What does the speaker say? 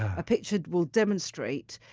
a picture will demonstrate,